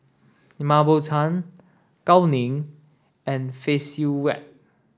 Mah Bow Tan Gao Ning and Phay Seng Whatt